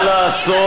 מה לעשות.